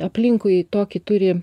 aplinkui tokį turi